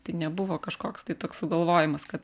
tai nebuvo kažkoks tai toks galvojimas kad